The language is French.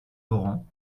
laurent